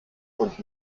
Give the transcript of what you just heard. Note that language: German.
und